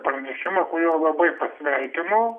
pranešimą kuriuo labai pasveikino